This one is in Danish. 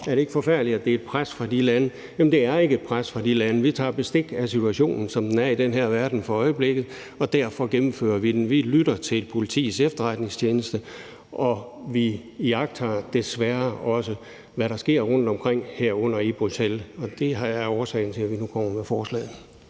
Er det ikke forfærdeligt, at det er et pres fra de lande, der gør det? bliver der spurgt. Jamen det er ikke et pres fra de lande, der gør det. Vi tager bestik af situationen, som den er i den her verden for øjeblikket, og derfor kommer vi med forslaget. Vi lytter til Politiets Efterretningstjeneste, og vi iagttager også, hvad der desværre sker rundtomkring, herunder i Bruxelles, og det er årsagen til, at vi nu kommer med forslaget.